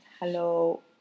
hello